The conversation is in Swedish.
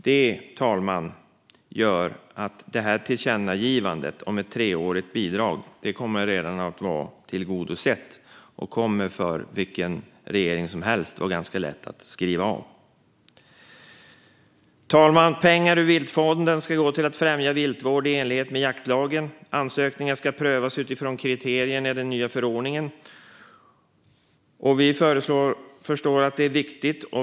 Detta, fru talman, gör att tillkännagivandet om ett treårigt bidrag redan kommer att vara tillgodosett, och det kommer för vilken regering som helst att vara ganska lätt att skriva om. Fru talman! Pengar ur Viltvårdsfonden ska gå till att främja viltvård i enlighet med jaktlagen. Ansökningar ska prövas utifrån kriterier i den nya förordningen. Vi förstår att det är viktigt.